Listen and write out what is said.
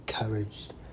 encouraged